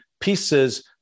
pieces